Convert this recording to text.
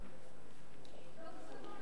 סעיפים 1